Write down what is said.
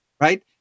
right